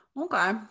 okay